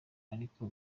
ariko